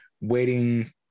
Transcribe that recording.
waiting